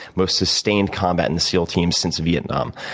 most sustained combat in the seal team since vietnam.